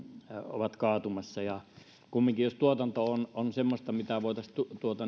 ovat kaatumassa jos kumminkin tuotanto on on semmoista mitä voitaisiin